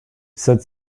said